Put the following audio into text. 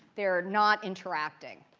they're not interacting.